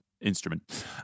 instrument